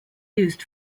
used